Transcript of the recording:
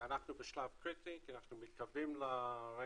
אנחנו בשלב קריטי כי אנחנו מתקרבים לרגע